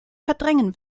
verdrängen